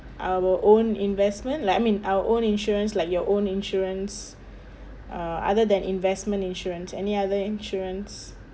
our own investment like I mean our own insurance like your own insurance uh other than investment insurance any other insurance